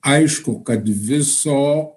aišku kad viso